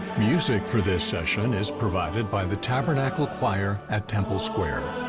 music for this session is provided by the tabernacle choir at temple square.